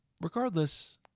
regardless